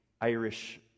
Irish